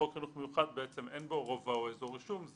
חוק חינוך מיוחד, בעצם אין בו רובע או אזור רישום.